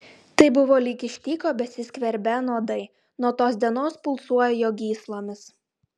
tai buvo lyg iš tyko besiskverbią nuodai nuo tos dienos pulsuoją jo gyslomis